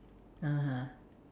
(uh huh)